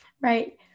Right